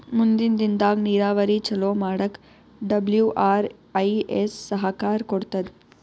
ಮುಂದಿನ್ ದಿನದಾಗ್ ನೀರಾವರಿ ಚೊಲೋ ಮಾಡಕ್ ಡಬ್ಲ್ಯೂ.ಆರ್.ಐ.ಎಸ್ ಸಹಕಾರ್ ಕೊಡ್ತದ್